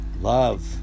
Love